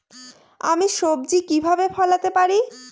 আমি সবজি কিভাবে ফলাতে পারি?